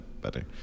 better